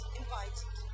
invited